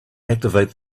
activate